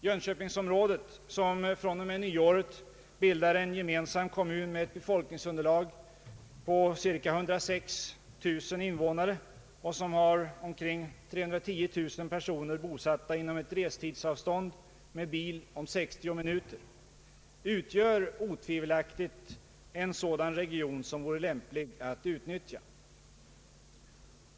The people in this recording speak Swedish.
Jönköpingsområdet, som från och med nyåret bildar en gemensam kommun med ett befolkningsunderlag på cirka 106 000 invånare och som har cirka 310 000 personer bosatta inom ett restidsavstånd med bil om 60 minuter, utgör otvivelaktigt en sådan region som vore lämplig att utnyttja.